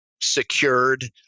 secured